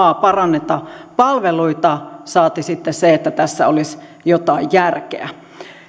paranneta palveluita saati sitten että tässä olisi jotain järkeä